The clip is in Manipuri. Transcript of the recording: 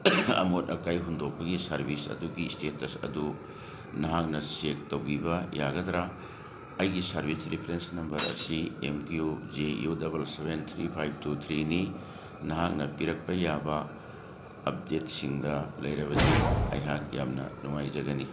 ꯑꯃꯣꯠ ꯑꯀꯥꯏ ꯍꯨꯟꯗꯣꯛꯄꯒꯤ ꯁꯥꯔꯕꯤꯁ ꯑꯗꯨꯒꯤ ꯏꯁꯇꯦꯇꯁ ꯑꯗꯨ ꯅꯍꯥꯛꯅ ꯆꯦꯛ ꯇꯧꯕꯤꯕ ꯌꯥꯒꯗ꯭ꯔꯥ ꯑꯩꯒꯤ ꯁꯥꯔꯕꯤꯁ ꯔꯤꯐꯔꯦꯟꯁ ꯅꯝꯕꯔ ꯑꯁꯤ M Q J U double seven three five two ꯊ꯭ꯔꯤꯅꯤ ꯅꯍꯥꯛꯅ ꯄꯤꯔꯛꯄ ꯌꯥꯕ ꯑꯞꯗꯦꯠꯁꯤꯡꯒ ꯂꯩꯔꯕꯗꯤ ꯑꯩꯍꯥꯛ ꯌꯥꯝꯅ ꯅꯨꯡꯉꯥꯏꯖꯒꯅꯤ